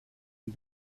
und